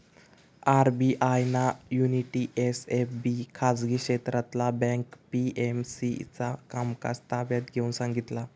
RBI ना Unity SFB खाजगी क्षेत्रातला बँक पी.एम.सी चा कामकाज ताब्यात घेऊन सांगितला